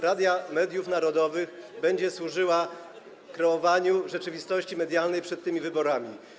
Rada Mediów Narodowych będzie służyła kreowaniu rzeczywistości medialnej przed tymi wyborami.